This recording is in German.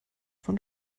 von